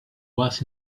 was